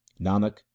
Nanak